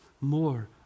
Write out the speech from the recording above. more